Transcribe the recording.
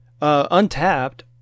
Untapped